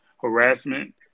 harassment